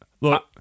look